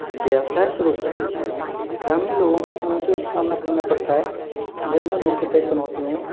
व्यवसाय शुरू करते समय ग्रामीण लोगों को चुनौतियों का सामना करना पड़ता है जिनमें मुख्यतः चुनौती हैं